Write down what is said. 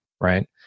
Right